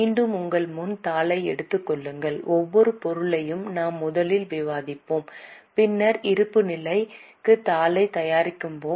மீண்டும் உங்கள் முன் தாளை எடுத்துக் கொள்ளுங்கள் ஒவ்வொரு பொருளையும் நாம் முதலில் விவாதிப்போம் பின்னர் இருப்புநிலைத் தாளைத் தயாரிப்போம்